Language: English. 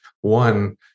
one